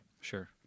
Sure